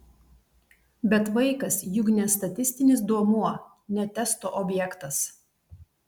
bet vaikas juk ne statistinis duomuo ne testo objektas